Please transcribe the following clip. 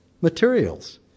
materials